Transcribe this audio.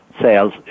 sales